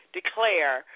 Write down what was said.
declare